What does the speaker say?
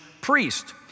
priest